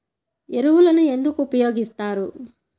ఎరువులను ఎందుకు ఉపయోగిస్తారు?